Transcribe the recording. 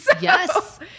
Yes